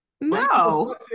No